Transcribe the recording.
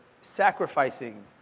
sacrificing